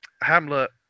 Hamlet